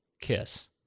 kiss